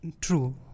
True